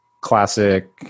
classic